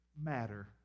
matter